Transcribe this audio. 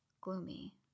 gloomy